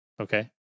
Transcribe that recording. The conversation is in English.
okay